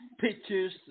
pictures